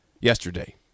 yesterday